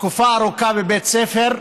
תקופה ארוכה בבית ספר,